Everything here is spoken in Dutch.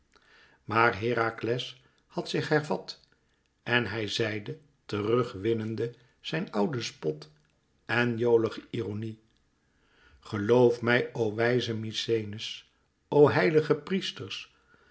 maar herakles had zich hervat en hij zeide terug winnende zijn ouden spot en jolige ironie geloof mij o wijzen mykenæ's o heilige priesters